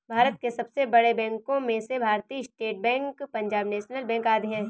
भारत के सबसे बड़े बैंको में से Bharatiya State Bank, Punjab National Bank आदि है